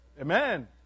Amen